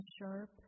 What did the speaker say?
sharp